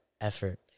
effort